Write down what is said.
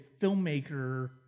filmmaker